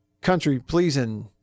country-pleasing